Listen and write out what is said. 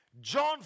John